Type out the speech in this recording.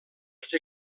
fer